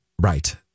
Right